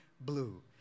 blue